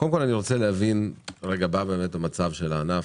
קודם כול אני רוצה להבין מה מצב הענף,